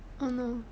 oh no